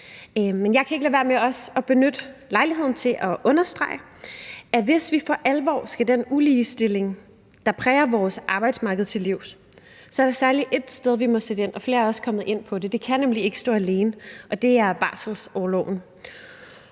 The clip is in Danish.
Men jeg kan ikke lade være med også at benytte lejligheden til at understrege, at hvis vi for alvor skal den uligestilling, der præger vores arbejdsmarked, til livs, så er der særlig ét sted, vi må sætte ind, og som flere også er kommet ind på – det kan nemlig ikke stå alene – og det er barselsorloven.